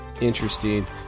interesting